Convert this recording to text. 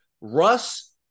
Russ